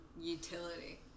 utility